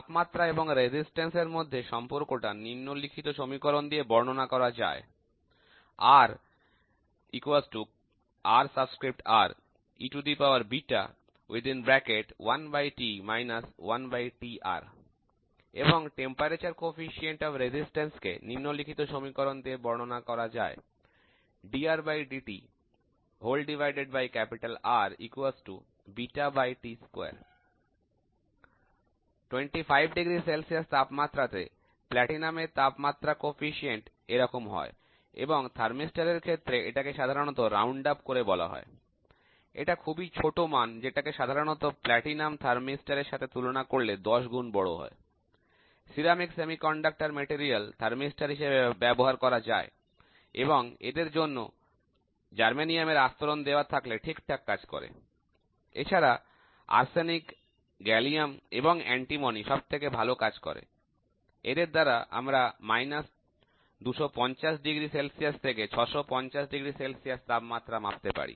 তাপমাত্রা এবং রোধ এর মধ্যে সম্পর্কটা নিম্নলিখিত সমীকরণ দিয়ে বর্ণনা করা যায় এবং রোধের তাপমাত্রা গুণাঙ্ক কে নিম্নলিখিত সমীকরণ দিয়ে বর্ণনা করা যায় 25 ডিগ্রি সেলসিয়াস তাপমাত্রা তে প্লাটিনামের তাপমাত্রা গুণাঙ্ক এরকম হয় এবং থার্মিস্টর এর ক্ষেত্রে এটাকে সাধারণত রাউন্ডআপ করে বলা হয় এটা খুবই ছোট মান যেটাকে সাধারণত প্লাটিনাম থার্মিস্টর এর সাথে তুলনা করলে দশগুণ বড় হয় সিরামিক উপাদানের অর্ধপরিবাহী থার্মিস্টর হিসেবে ব্যবহার করা যায় এবং এদের মধ্যে জার্মেনিয়াম আস্তরণ দেওয়া থাকলে ঠিকঠাক কাজ করে এছাড়া আর্সেনিক গ্যালিয়াম এবং অ্যান্টিমনি সবথেকে ভালো কাজ করে এদের দ্বারা আমরা মাইনাস 250 ডিগ্রি সেলসিয়াস থেকে 650 ডিগ্রি সেলসিয়াস তাপমাত্রা মাপতে পারি